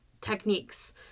techniques